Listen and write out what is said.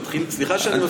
סליחה שאני מפריע,